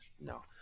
no